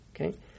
okay